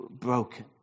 broken